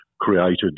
created